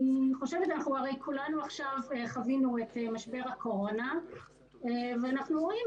כולנו חווינו עכשיו את משבר הקורונה ואנחנו רואים